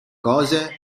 cose